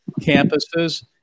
campuses